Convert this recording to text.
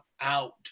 out